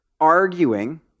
arguing